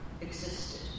existed